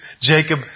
Jacob